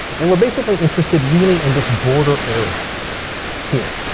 and we're basically interested really in this border area here.